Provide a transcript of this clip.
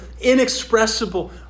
inexpressible